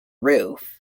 roof